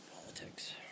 politics